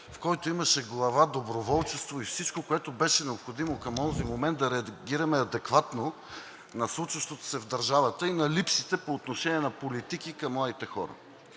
в който имаше Глава „Доброволчество“ и всичко, което беше необходимо към онзи момент, да реагираме, адекватно на случващото се в държавата и на липсите по отношение на политики към младите хора.